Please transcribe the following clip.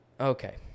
Okay